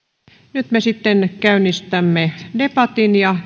nyt me sitten käynnistämme debatin ja